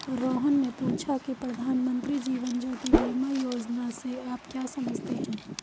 रोहन ने पूछा की प्रधानमंत्री जीवन ज्योति बीमा योजना से आप क्या समझते हैं?